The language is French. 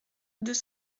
deux